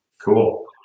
Cool